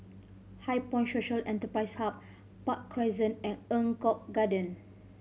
HighPoint Social Enterprise Hub Park Crescent and Eng Kong Garden